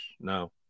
No